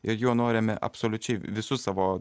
ir juo norime absoliučiai visus savo